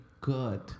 good